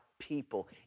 people